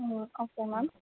okay ma'am